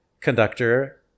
conductor